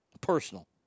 Personal